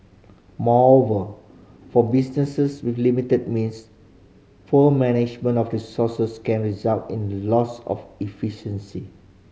moreover for businesses with limited means poor management of resources can result in loss of efficiency